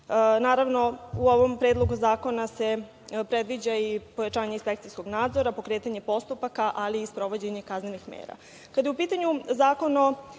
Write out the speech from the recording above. Naravno, u ovom predlogu zakona se predviđa i pojačanje inspekcijskog nadzora, pokretanje postupaka, ali i sprovođenje kaznenih mera. Kada